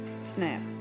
Snap